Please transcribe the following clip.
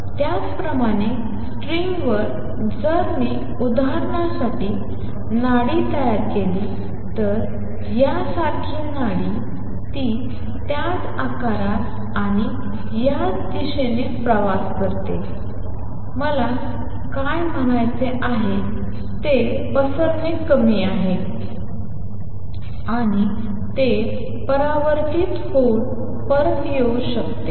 त्याचप्रमाणे स्ट्रिंगवर जर मी उदाहरणांसाठी नाडी तयार केली तर यासारखी नाडी ती त्याच आकारात आणि या दिशेने प्रवास करते मला काय म्हणायचे आहे ते पसरणे कमी आहे आणि ते परावर्तित होऊन परत येऊ शकते